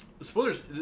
Spoilers